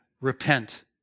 repent